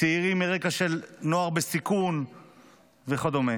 צעירים מרקע של נוער בסיכון וכדומה.